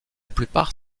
plupart